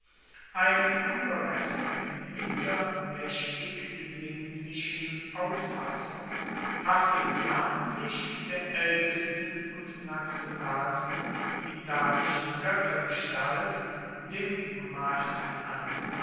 ein ueberrest dieser maechtig sinnlichen auffassung haftet namentlich der aeltesten und nationalsten italischen goettergestalt dem mars an